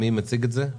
מי מציג את זה?